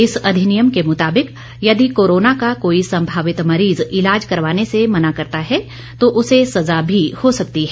इस अधिनियम के मुताबिक यदि कोरोना का कोई संभावित मरीज इलाज करवाने से मना करता है तो उसे सजा भी हो सकती है